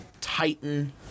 titan